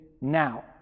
now